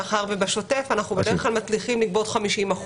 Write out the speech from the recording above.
מאחר שבשוטף אנחנו בדרך כלל מצליחים לגבות 50%,